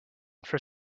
for